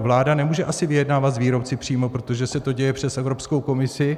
Vláda asi nemůže vyjednávat s výrobci přímo, protože se to děje přes Evropskou komisi.